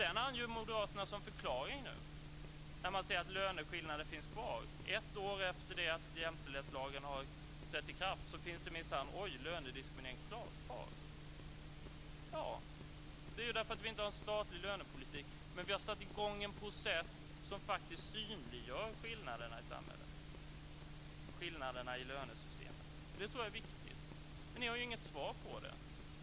Den anger nu Moderaterna som förklaring när man säger att löneskillnader finns kvar. Oj, ett år efter det att jämställdhetslagen har trätt i kraft finns det minsann lönediskriminering kvar. Ja, och det är därför att vi inte har en statlig lönepolitik. Vi har satt i gång en process som faktiskt synliggör skillnaderna i samhället och skillnaderna i lönesystemet, och det tror jag är viktigt. Men ni har inget svar på detta.